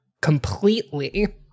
completely